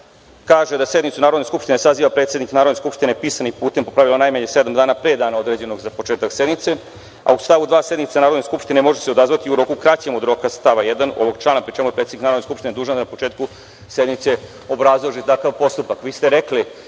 kaže da sednicu Narodne skupštine saziva predsednik Narodne skupštine pisanim putem, po pravilu najmanje sedam dana pre dana određenog za početak sednice, a u stavu 2. – sednica Narodne skupštine može se sazvati u roku kraćem od roka iz stava 1. ovog člana, pri čemu je predsednik Narodne skupštine dužan na početku sednice da obrazloži takav postupak. Vi